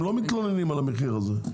הם לא מתלוננים על המחיר הזה,